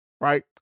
Right